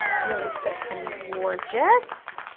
really thick and gorgeous.